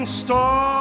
star